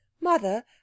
Mother